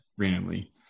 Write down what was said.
randomly